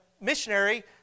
missionary